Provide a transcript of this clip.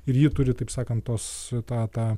ir ji turi taip sakant tos tą tą